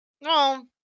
No